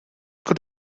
could